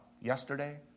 yesterday